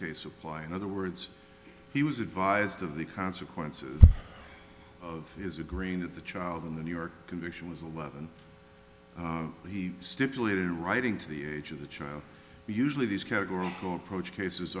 case apply in other words he was advised of the consequences of his agreeing that the child in the new york condition was eleven he stipulated in writing to the age of the child usually these categorical approach cases